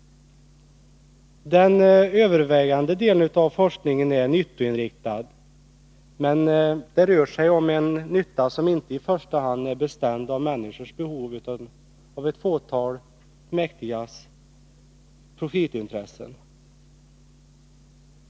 Den övervägande delen av forskningen är nyttoinriktad, men det rör sig om en nytta som inte i första hand är bestämd av människors behov utan av ett fåtal mäktigas profitintressen.